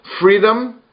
Freedom